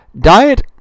diet